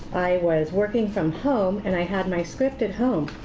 i was working from home, and i had my script at home,